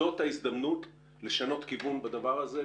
זאת ההזדמנות לשנות כיוון בדבר הזה,